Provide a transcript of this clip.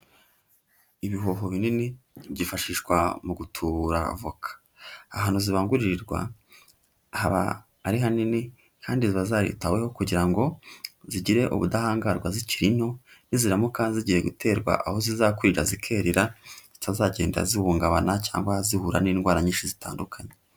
Ibihoho binini byifashishwa mu gutubura avoka, ahantu zibanguririrwa haba ari hanini kandi ziba zaritaweho kugira ngo zigire ubudahangarwa zikiri nto niziramuka zigiye guterwa aho zizakurira, zikerera zitazagenda zihungabana cyangwa zihura n'indwara nyinshi zitandukanye.